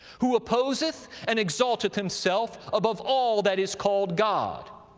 who opposeth and exalteth himself above all that is called god,